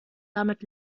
damit